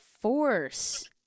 force